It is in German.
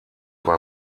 war